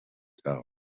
towers